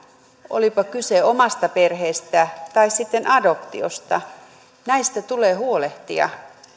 olipa kyse omasta perheestä tai sitten adoptiosta tulee huolehtia